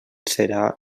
serà